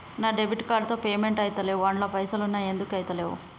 నా debit card తో payment ఐతలేవ్ అండ్ల పైసల్ ఉన్నయి ఎందుకు ఐతలేవ్?